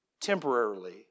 temporarily